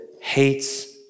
hates